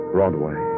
Broadway